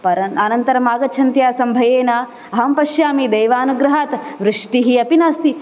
परं अनन्तरम् आगच्छन्ती आसं भयेन अहं पश्यामि देवानुग्रहात् वृष्टिः अपि नास्ति